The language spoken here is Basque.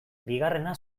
bigarrena